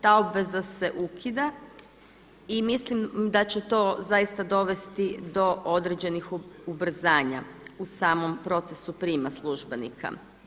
Ta obveza se ukida i mislim da će to zaista dovesti do određenih ubrzanja u samom procesu prijema službenika.